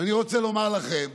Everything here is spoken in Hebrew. ואני רוצה לומר לכם,